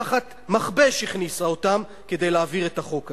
תחת מכבש הכניסה אותם כדי להעביר את החוק הזה.